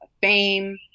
fame